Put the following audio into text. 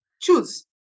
Choose